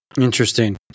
Interesting